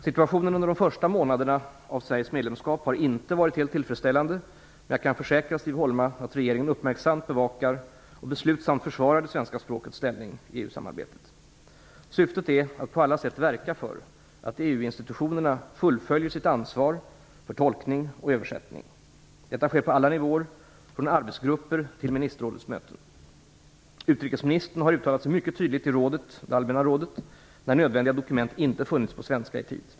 Situationen under de första månaderna av Sveriges medlemskap har inte varit helt tillfredsställande, men jag kan försäkra Siv Holma att regeringen uppmärksamt bevakar och beslutsamt försvarar det svenska språkets ställning i EU-samarbetet. Syftet är att på alla sätt verka för att EU-institutionerna fullföljer sitt ansvar för tolkning och översättning. Detta sker på alla nivåer - från arbetsgrupper till ministerrådets möten. Utrikesministern har uttalat sig mycket tydligt i det allmänna rådet när nödvändiga dokument inte funnits på svenska i tid.